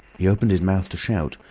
he opened his mouth to shout,